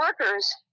workers